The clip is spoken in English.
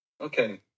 Okay